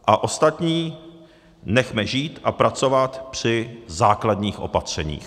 A ostatní nechme žít a pracovat při základních opatřeních.